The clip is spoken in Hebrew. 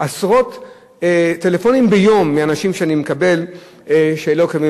אני מקבל עשרות טלפונים ביום מאנשים לגבי דוחות.